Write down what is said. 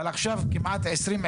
אבל עכשיו כמעט עשרים,